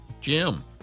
Jim